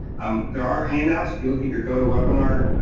um there are handouts if you look at your go to webinar